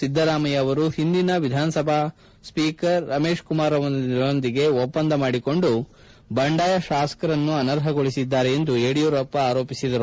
ಸಿದ್ದರಾಮಯ್ತ ಅವರು ಹಿಂದಿನ ವಿಧಾನಸಭೆಯ ಸ್ವೀಕರ್ ರಮೇಶ್ ಕುಮಾರ್ ಅವರೊಂದಿಗೆ ಒಪ್ಪಂದ ಮಾಡಿಕೊಂದು ಬಂಡಾಯ ಶಾಸಕರನ್ನು ಅನರ್ಹಗೊಳಿಸಿದ್ದಾರೆ ಎಂದು ಯಡಿಯೂರಪ್ಪ ಆರೋಪಿಸಿದರು